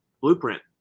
blueprint